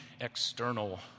external